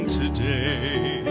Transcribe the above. today